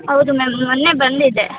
ಹೌದು ಮ್ಯಾಮ್ ಮೊನ್ನೆ ಬಂದಿದ್ದೆ